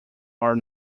are